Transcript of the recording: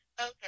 Okay